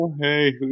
hey